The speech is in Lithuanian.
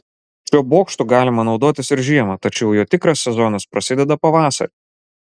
šiuo bokštu galima naudotis ir žiemą tačiau jo tikras sezonas prasideda pavasarį